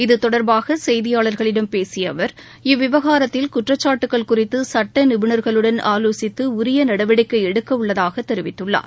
இத்தொடர்பாக செய்தியாளர்களிடம் பேசிய அவர் இவ்விவகாரத்தில் குற்றச்சாட்டுகள் குறித்து சுட்ட நிபுணர்களுடன் ஆலோசித்து உரிய நடவடிக்கை எடுக்க உள்ளதாக தெரிவித்துள்ளார்